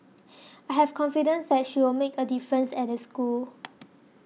I have confidence that she'll make a difference at the school